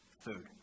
food